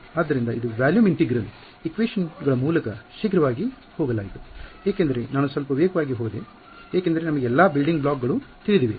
ಆದ್ದರಿಂದ ಇದು volume integral ಸಮೀಕರಣಗಳ ಗಳ ಮೂಲಕ ಶೀಘ್ರವಾಗಿ ಹೋಗಲಾಯ್ತು ಏಕೆಂದರೆ ನಾನು ಸ್ವಲ್ಪ ವೇಗವಾಗಿ ಹೋದೆ ಏಕೆಂದರೆ ನಮಗೆ ಎಲ್ಲಾ ಬಿಲ್ಡಿಂಗ್ ಬ್ಲಾಕ್ಗಳು ತಿಳಿದಿವೆ